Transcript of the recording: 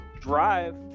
drive